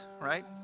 right